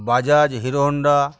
Bajaj Hero Honda